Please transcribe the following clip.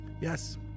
Yes